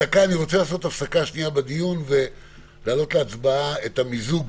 אני רוצה לעשות הפסקה בדיון ולהעלות להצבעה את המיזוג